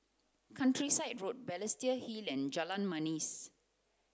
Countryside Road Balestier Hill and Jalan Manis